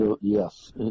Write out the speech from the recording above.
Yes